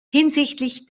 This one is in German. hinsichtlich